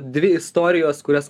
dvi istorijos kurias